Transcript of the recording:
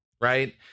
Right